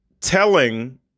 telling